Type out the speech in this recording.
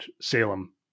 Salem